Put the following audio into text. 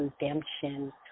redemption